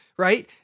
right